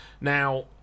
Now